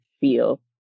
feel